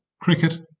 cricket